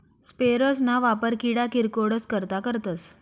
sprayers ना वापर किडा किरकोडस करता करतस